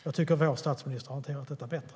Jag tycker att vår statsminister har hanterat det bättre.